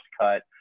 cut